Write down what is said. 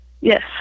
yes